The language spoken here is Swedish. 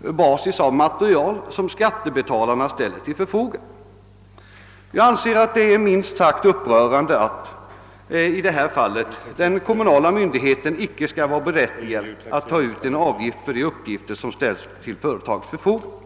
basis av material som skattebetalarna hjälpt till att finansiera. Det är minst sagt upprörande att den kommunala myndigheten i detta fall inte skall vara berättigad att ta ut en avgift för de uppgifter som ställs till företagens förfogande.